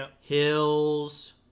hills